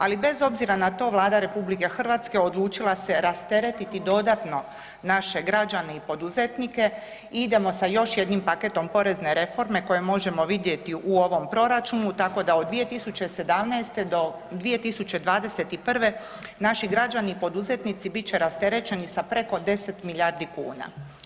Ali bez obzira na to Vlada RH odlučila se rasteretiti dodatno naše građane i poduzetnike, idemo sa još jednim paketom porezne reforme koje možemo vidjeti u ovom proračunu, tako da od 2017. do 2021. naši građani poduzetnici bit će rasterećeni sa preko 10 milijardi kuna.